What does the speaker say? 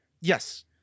Yes